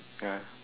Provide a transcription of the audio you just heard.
ya